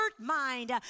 mind